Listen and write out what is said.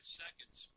seconds